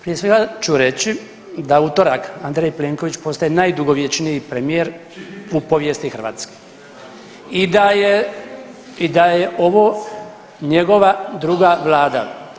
Prije svega ću reći da u utorak Andrej Plenković postaje najdugovječniji premijer u povijesti Hrvatske i da je ovo njegova druga Vlada.